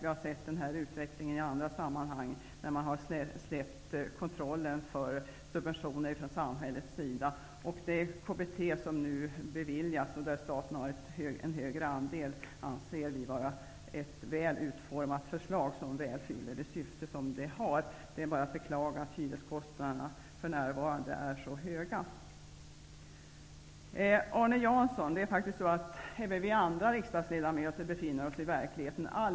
Vi har sett den utvecklingen i andra sammanhang när man har släppt kontrollen för subventioner från samhällets sida. Det KBT som nu beviljas, där staten står för en större andel, anser vi vara ett väl utformat system som fyller det syfte det har. Det är bara att beklaga att hyreskostnaderna för närvarande är så höga. Det är faktiskt så att även vi andra riksdagsledamöter befinner oss i verkligheten, Arne Jansson.